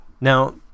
Now